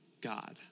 God